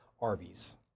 Arby's